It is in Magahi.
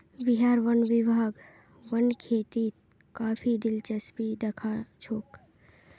बिहार वन विभाग वन खेतीत काफी दिलचस्पी दखा छोक